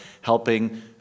helping